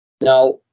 Now